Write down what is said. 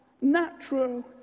Natural